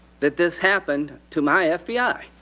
that this happened to my ah fbi.